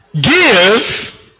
give